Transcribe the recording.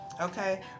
Okay